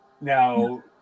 now